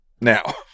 Now-